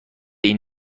این